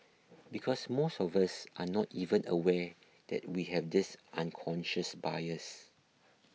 because most of us are not even aware that we have this unconscious bias